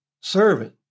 servant